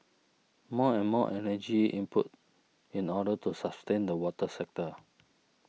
more and more energy input in order to sustain the water sector